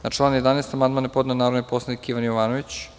Na član 11. amandman je podneo narodni poslanik Ivan Jovanović.